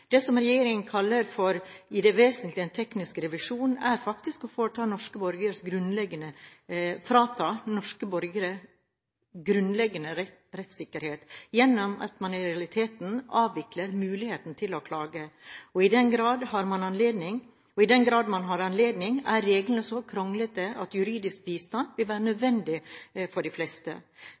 Det som regjeringen kaller for «i det vesentlige en teknisk revisjon», er faktisk å frata norske borgere grunnleggende rettssikkerhet gjennom at man i realiteten avvikler muligheten til å klage, og i den grad man har anledning, er reglene så kronglete at juridisk bistand vil være nødvendig for de fleste.